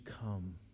come